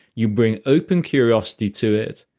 you bring open curiosity to it.